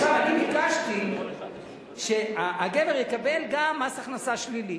עכשיו, אני ביקשתי שהגבר יקבל גם מס הכנסה שלילי,